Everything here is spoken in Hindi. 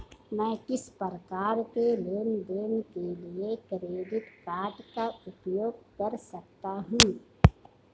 मैं किस प्रकार के लेनदेन के लिए क्रेडिट कार्ड का उपयोग कर सकता हूं?